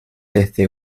desde